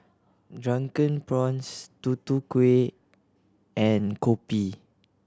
Drunken Prawns Tutu Kueh and kopi